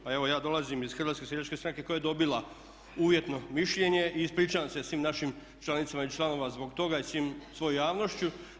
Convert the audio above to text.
Pa evo ja dolazim iz HSS-a koja je dobila uvjetno mišljenje i ispričavam se svim našim članicama i članovima zbog toga i svoj javnošću.